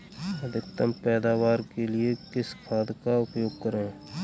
अधिकतम पैदावार के लिए किस खाद का उपयोग करें?